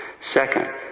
Second